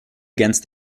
against